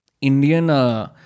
Indian